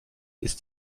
ist